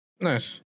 Nice